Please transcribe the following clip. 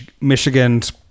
Michigan's